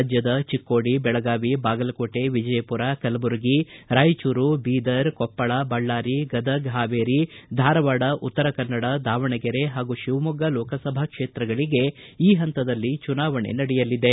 ರಾಜ್ಯದ ಚಿಕ್ಕೋಡಿ ಬೆಳಗಾವಿ ಬಾಗಲಕೋಟೆ ವಿಜಯಮರ ಕಲಬುರಗಿ ರಾಯಚೂರು ಬೀದರ್ ಕೊಪ್ಪಳ ಬಳ್ಳಾರಿ ಗದಗ್ ಹಾವೇರಿ ಧಾರವಾಡ ಉತ್ತರ ಕನ್ನಡ ದಾವಣಗೆರೆ ಪಾಗೂ ಶಿವಮೊಗ್ಗ ಲೋಕಸಭಾ ಕ್ಷೇತ್ರಗಳಿಗೆ ಈ ಪಂತದಲ್ಲಿ ಚುನಾವಣೆ ನಡೆಯಲಿದೆ